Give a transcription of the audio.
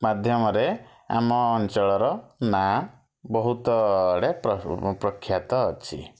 ମାଧ୍ୟମରେ ଆମ ଅଞ୍ଚଳର ନାଁ ବହୁତ ଆଡ଼େ ପ୍ରଖ୍ୟାତ ଅଛି